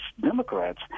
Democrats